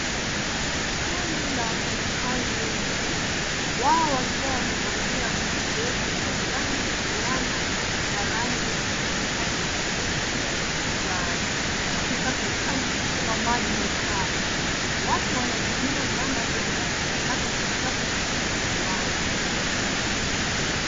Kundi la wafanyikazi wengi, wao wakiwa wamevalia buti ndefu za njano na fulana za rangi angavu kama kijani kibichi na manjano, wakisafisha mkondo wa maji machafu. Watu wanatumia zana kuondoa takataka na uchafu kutoka kwenye maji.